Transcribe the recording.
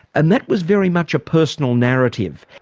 and that was very much a personal narrative.